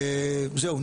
זהו.